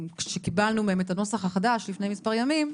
כשקיבלנו מהם את הנוסח החדש לפני מספר ימים,